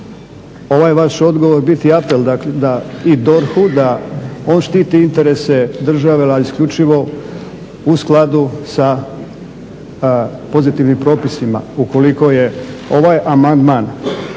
ovaj vaš odgovor biti apel dakle da, i DORH-u da on štiti interese države ali isključivo u skladu sa pozitivnim propisima. Ukoliko je ovaj amandman